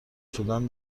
شدن